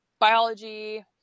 biology